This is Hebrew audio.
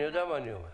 אני יודע מה אני אומר.